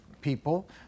people